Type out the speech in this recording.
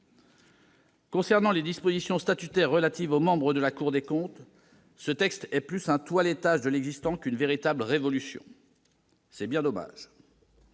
Concernant les dispositions statutaires relatives aux membres de la Cour des comptes, ce texte est plus un toilettage de l'existant qu'une véritable révolution. C'est bien dommage